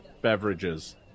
beverages